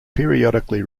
periodically